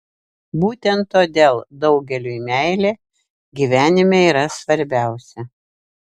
būtent todėl daugeliui meilė gyvenime yra svarbiausia